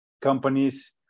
companies